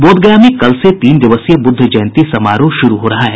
बोधगया में कल से तीन दिवसीय बुद्ध जयंती समारोह शुरू हो रहा है